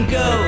go